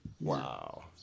Wow